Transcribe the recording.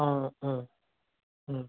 অঁ অঁ